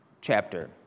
chapter